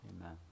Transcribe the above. amen